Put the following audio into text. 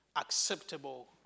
acceptable